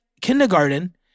kindergarten